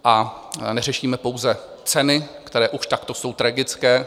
A neřešíme pouze ceny, které už takto jsou tragické.